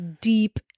Deep